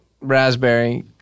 Raspberry